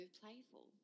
playful